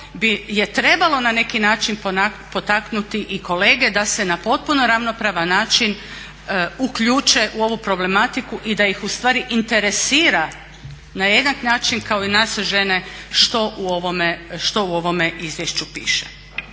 bi, je trebalo na neki način potaknuti i kolege da se na potpuno ravnopravan način uključe u ovu problematiku i da ih ustvari interesira na jednak način kao i nas žene što u ovome izvješću piše.